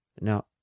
Now